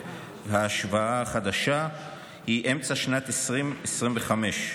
ההשוואה החדשה לתמונות פנים הוא אמצע שנת 2025,